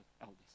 elders